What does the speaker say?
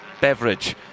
beverage